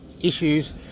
issues